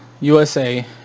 USA